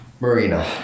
Marina